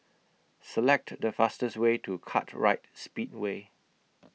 Select The fastest Way to Kartright Speedway